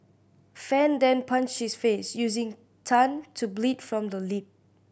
fan then punched his face using Tan to bleed from the lip